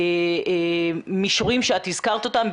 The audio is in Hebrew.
המישורים שהזכרת אותם,